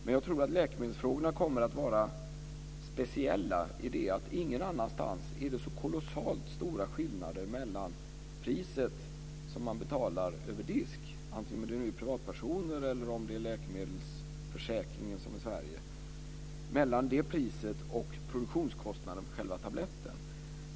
Men jag tror att läkemedelsfrågorna kommer att vara speciella i det avseendet att ingen annanstans är det så kolossalt stora skillnader mellan priset som man betalar över disk - vare aig det rör sig om privatpersoner eller om läkemedelsförsäkringen - och produktionskostnaden för själva tabletten.